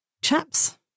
chaps